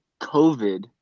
COVID